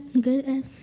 good